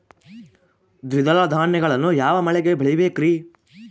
ದ್ವಿದಳ ಧಾನ್ಯಗಳನ್ನು ಯಾವ ಮಳೆಗೆ ಬೆಳಿಬೇಕ್ರಿ?